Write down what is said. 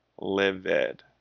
livid